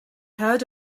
heard